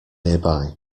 nearby